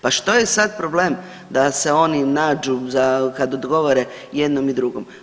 Pa što je sada problem da se oni nađu kada odgovore i jednom i drugom?